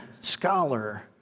scholar